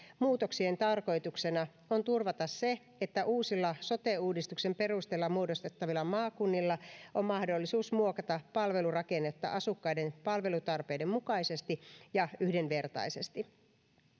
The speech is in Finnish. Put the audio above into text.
muutoksien tarkoituksena on turvata se että uusilla sote uudistuksen perusteella muodostettavilla maakunnilla on mahdollisuus muokata palvelurakennetta asukkaiden palvelutarpeiden mukaisesti ja yhdenvertaisesti